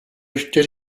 ještě